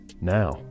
Now